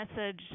message